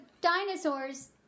dinosaurs